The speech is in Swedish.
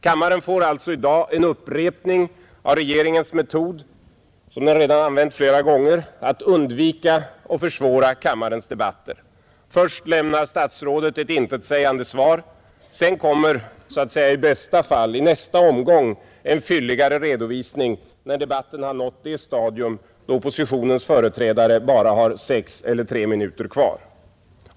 Kammaren får alltså i dag en upprepning av regeringens metod — som den redan använt flera gånger — att undvika och försvåra kammarens debatter. Först lämnar statsrådet ett intetsägande svar. Sedan kommer så att säga i bästa fall i nästa omgång en fylligare redovisning när debatten har nått det stadium då oppositionens företrädare bara har sex eller tre minuter kvar.